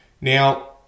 Now